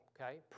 Okay